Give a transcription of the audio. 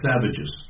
savages